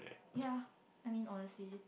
yeah I mean honestly